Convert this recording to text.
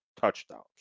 touchdowns